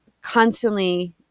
constantly